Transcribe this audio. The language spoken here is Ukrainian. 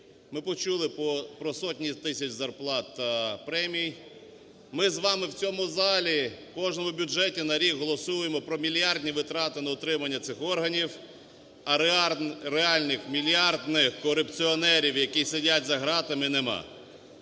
Ми почули про сотні тисяч зарплат та премій, ми з вами в цьому залі в кожному бюджеті на рік голосуємо про мільярдні витрати на утримання цих органів, а реальних мільярдних корупціонерів, які сидять за ґратами, нема.